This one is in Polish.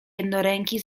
jednoręki